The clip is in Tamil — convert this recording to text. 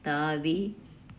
தாவி